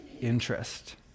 interest